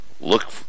Look